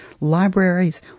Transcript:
libraries